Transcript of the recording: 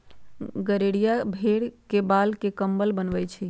गड़ेरिया भेड़ के बाल से कम्बल बनबई छई